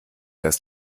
dass